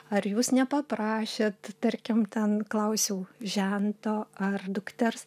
ar jūs nepaprašėt tarkim ten klausiau žento ar dukters